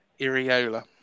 Iriola